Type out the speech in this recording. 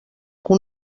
que